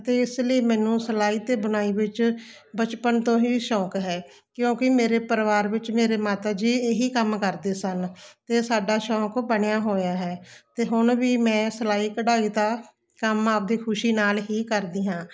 ਅਤੇ ਇਸ ਲਈ ਮੈਨੂੰ ਸਿਲਾਈ ਬਣਾਈ ਵਿੱਚ ਬਚਪਨ ਤੋਂ ਹੀ ਸ਼ੌਂਕ ਹੈ ਕਿਉਂਕਿ ਮੇਰੇ ਪਰਿਵਾਰ ਵਿੱਚ ਮੇਰੇ ਮਾਤਾ ਜੀ ਏਹੀ ਕੰਮ ਕਰਦੇ ਸਨ ਅਤੇ ਸਾਡਾ ਸ਼ੌਂਕ ਬਣਿਆ ਹੋਇਆ ਹੈ ਅਤੇ ਹੁਣ ਵੀ ਮੈਂ ਸਿਲਾਈ ਕਢਾਈ ਦਾ ਕੰਮ ਆਪਦੀ ਖੁਸ਼ੀ ਨਾਲ ਹੀ ਕਰਦੀ ਹਾਂ